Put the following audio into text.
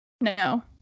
No